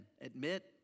Admit